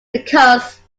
because